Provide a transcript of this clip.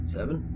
Seven